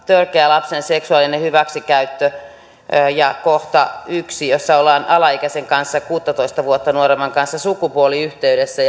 törkeä lapsen seksuaalinen hyväksikäyttö katsoin kohtaa yksi että ollaan alaikäisen kanssa kuusitoista vuotta nuoremman kanssa sukupuoliyhteydessä